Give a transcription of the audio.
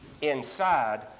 inside